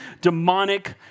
demonic